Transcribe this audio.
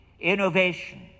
innovation